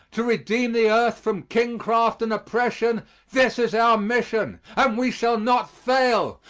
to redeem the earth from kingcraft and oppression this is our mission! and we shall not fail.